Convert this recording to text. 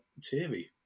teary